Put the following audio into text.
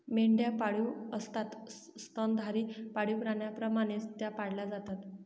मेंढ्या पाळीव असतात स्तनधारी पाळीव प्राण्यांप्रमाणे त्या पाळल्या जातात